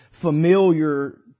familiar